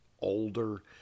older